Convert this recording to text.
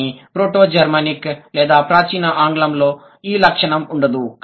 కానీ proto Germanic లేదా ప్రాచీన ఆంగ్లంలో ఈ లక్షణం ఉండదు